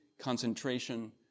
concentration